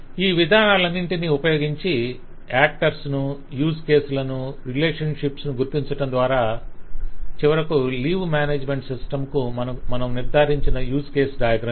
ఈ విధానాలన్నింటినీ ఉపయోగించి యాక్టర్స్ ను యూజ్ కేసులను రిలేషన్షిప్స్ ను గుర్తించడం ద్వారా - చివరకు లీవ్ మ్యానేజ్మెంట్ సిస్టమ్ కు మనం నిర్ధారించిన యూస్ కేసు డయాగ్రం ఇది